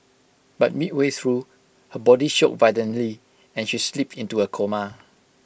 but midway through her body shook violently and she slipped into A coma